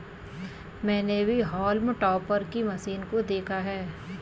मैंने भी हॉल्म टॉपर की मशीन को देखा है